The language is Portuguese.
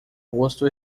rosto